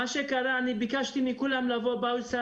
בינתיים קונים